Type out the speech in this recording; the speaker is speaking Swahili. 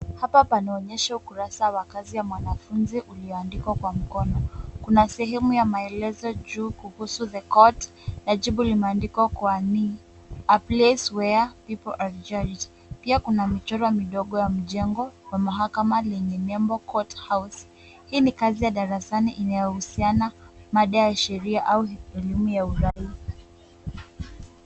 Hapa panaonyesha ukurasa wa kazi ya mwanafunzi ulioandikwa kwa mkono. Kuna sehemu ya maelezo juu kuhusu the court na jibu limeandikwa kuwa ni a place where people are judged . Pia kuna michoro midogo ya mjengo wa mahakama lenye nembo Court house . Hii ni kazi ya darasani inayohusiana mada ya sheria au elimu ya uraia .